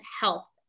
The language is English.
health